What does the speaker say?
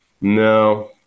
No